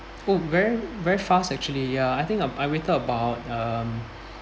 oh very very fast actually ya I think I'm I wake up about um